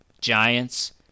Giants